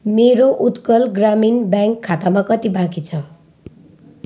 मेरो उत्कल ग्रामीण ब्याङ्क खातामा कति बाँकी छ